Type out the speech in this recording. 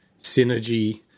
synergy